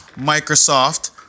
Microsoft